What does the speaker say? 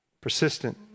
Persistent